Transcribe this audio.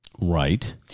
Right